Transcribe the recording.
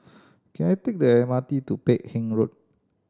can I take the M R T to Peck Hay Road